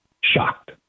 shocked